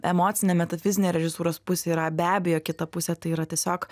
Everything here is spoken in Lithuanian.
emocinė metafizinė režisūros pusė yra be abejo kita pusė tai yra tiesiog